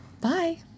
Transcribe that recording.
bye